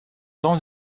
dans